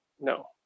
no